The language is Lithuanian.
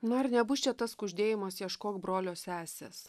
na ar nebus čia tas kuždėjimas ieškok brolio sesės